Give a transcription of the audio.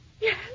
Yes